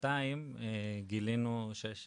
שנתיים גילינו שיש